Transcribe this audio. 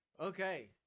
Okay